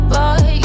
Boy